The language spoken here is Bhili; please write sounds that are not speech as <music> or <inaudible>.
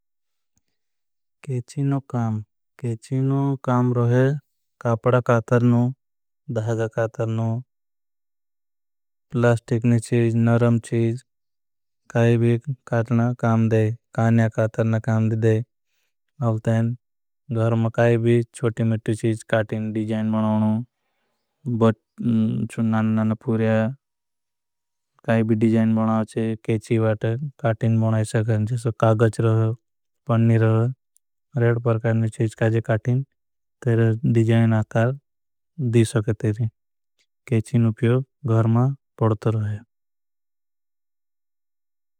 केची नो काम केची नो काम रहे कापड़ा कातर नौ धागा। कातर नौ ने चीज नरम चीज काई भी कातर ना काम दे। कान्या कातर ना काम दिदे तैन घहर में काई भी चोटी मिटी। चीज काटिन डिजाइन बनावनो <hesitation> नाना। नाना पूर्या काई डिजाइन बनावचे केची बाट काटिन बनाई। सकते हैं कागच रहे पन्नी रहे रेट परकार ने चीज काई जे। काटिन तेरे डिजाइन आताल दी सकते हैं नो प्योग घहर मां। पड़तर होई।